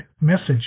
message